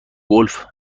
گلف